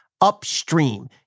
upstream